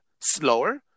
slower